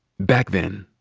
back then,